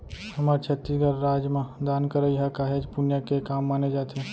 हमर छत्तीसगढ़ राज म दान करई ह काहेच पुन्य के काम माने जाथे